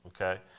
Okay